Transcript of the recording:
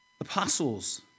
apostles